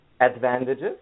advantages